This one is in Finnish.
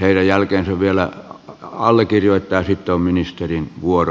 heidän jälkeensä vielä allekirjoittaja ja sitten on ministerin vuoro